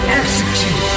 execute